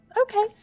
Okay